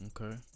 okay